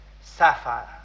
sapphire